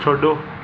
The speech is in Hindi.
छोड़ो